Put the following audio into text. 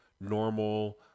normal